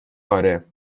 آره